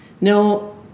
No